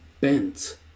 bent